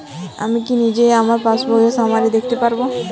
আমি কি নিজেই আমার পাসবইয়ের সামারি দেখতে পারব?